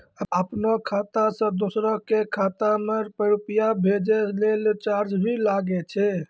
आपनों खाता सें दोसरो के खाता मे रुपैया भेजै लेल चार्ज भी लागै छै?